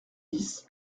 dix